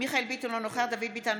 מיכאל מרדכי ביטון,